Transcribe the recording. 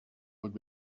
would